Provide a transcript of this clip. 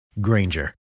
Granger